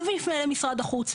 אז נפנה למשרד החוץ.